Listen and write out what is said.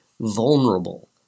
vulnerable